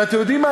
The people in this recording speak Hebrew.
ואתם יודעים מה?